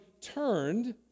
turned